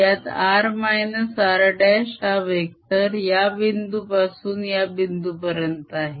यात r r' हा vector या बिंदू पासून या बिंदू पर्यंत आहे